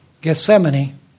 Gethsemane